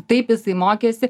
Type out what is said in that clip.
taip jisai mokėsi